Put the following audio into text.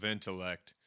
Intellect